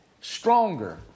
stronger